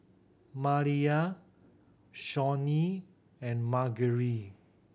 Maliyah Shawnee and Margery